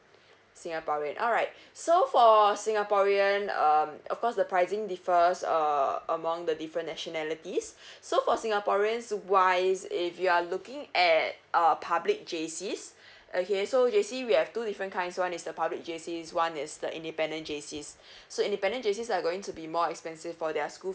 singaporean alright so for singaporean um of course the pricing differs err among the different nationalities so for singaporeans wise if you are looking at uh public J_Cs okay so J_C we have two different kinds one is the public J_Cs one is the independent J_Cs so independent J_Cs are going to be more expensive for their school